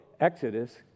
Exodus